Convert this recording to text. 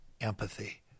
empathy